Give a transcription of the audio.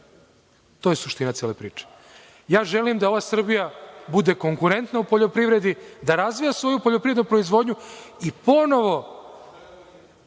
To je suština cele priče. Ja želim da ova Srbija bude konkurentna u poljoprivredi, da razvija svoju poljoprivrednu proizvodnju i ponovo